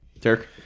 Derek